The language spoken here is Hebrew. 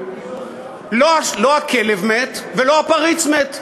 לא הכלב מת ולא הפריץ מת,